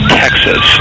texas